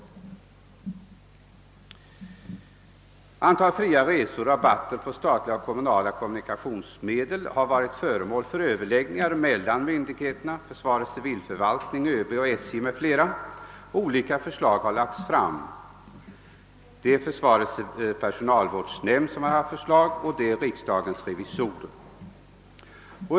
Frågan om antalet fria resor och rabatter på statliga och kommunala kommunikationsmedel har varit föremål för överläggningar mellan myndigheterna: försvarets civilförvaltning, ÖB, SJ, m.fl., och förslag har framlagts av bl.a. försvarets personalnämnd och av riksda gens revisorer.